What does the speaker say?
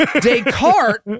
descartes